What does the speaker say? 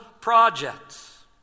projects